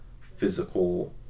physical